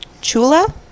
chula